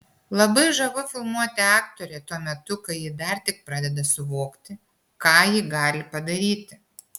labai žavu filmuoti aktorę tuo metu kai ji dar tik pradeda suvokti ką ji gali padaryti